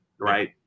right